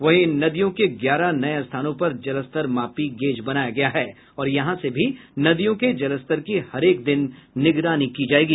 वहीं इन नदियों के ग्यारह नये स्थानों पर जलस्तर मापी गेज बनाया गया है और यहां से भी नदियों के जलस्तर की हरेक दिन निगरानी की जायेगी